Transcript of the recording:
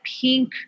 pink